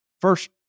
First